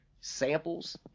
samples